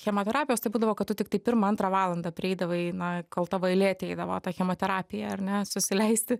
chemoterapijos tai būdavo kad tu tiktai pirmą antrą valandą prieidavai na kol tavo eilė ateidavo tą chemoterapiją ar ne susileisti